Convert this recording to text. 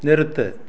நிறுத்து